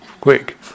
quick